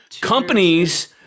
companies